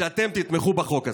שאתם תתמכו בחוק הזה.